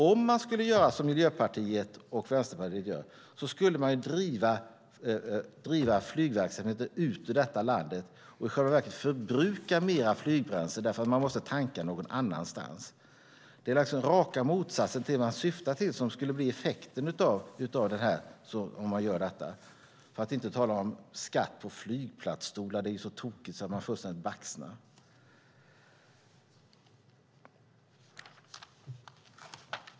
Om man skulle göra som Miljöpartiet och Vänsterpartiet vill skulle man driva flygverksamheten ut ur landet och i själva verket förbruka mer flygbränsle, eftersom man måste tanka någon annanstans. Det är alltså raka motsatsen till det man syftar till som skulle bli effekten om man gör detta. För att inte tala om skatt på flygplansstolar - det är så tokigt att man fullständigt baxnar.